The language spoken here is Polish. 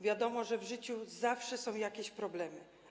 Wiadomo, że w życiu zawsze są jakieś problemy.